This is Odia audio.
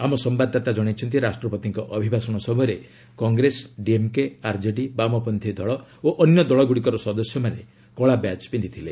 ଆମ ସମ୍ଭାଦଦାତା ଜଣାଇଛନ୍ତି ରାଷ୍ଟ୍ରପତିଙ୍କ ଅଭିଭାଷଣ ସମୟରେ କଂଗ୍ରେସ ଡିଏମ୍କେ ଆର୍କେଡି ବାମପତ୍ରୀ ଦଳ ଓ ଅନ୍ୟ ଦଳଗ୍ରଡ଼ିକର ସଦସ୍ୟମାନେ କଳାବ୍ୟାଚ୍ ପିନ୍ଧିଥିଲେ